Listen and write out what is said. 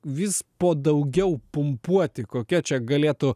vis po daugiau pumpuoti kokia čia galėtų